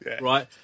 Right